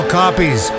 copies